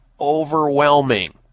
overwhelming